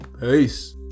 Peace